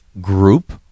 group